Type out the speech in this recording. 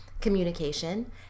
communication